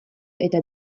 eta